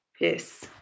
Yes